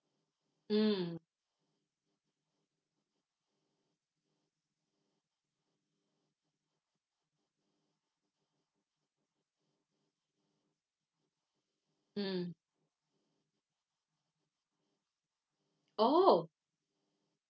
mm mm oh